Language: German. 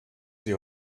sie